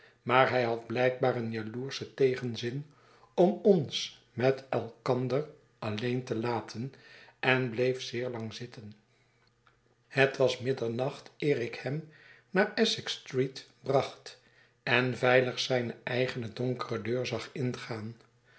maar hij had blijkbaar een jaloerschen tegenzin om ons met elkander alleen te laten en bleef zeer lang zitten het was middernacht eer ik hem naar essexstreet bracht en veilig zijne eigene donkere deur zag ingaan